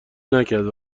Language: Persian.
نکرد